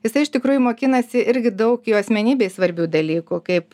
jisai iš tikrųjų mokinasi irgi daug jo asmenybei svarbių dalykų kaip